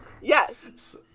Yes